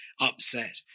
upset